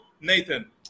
Nathan